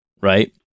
right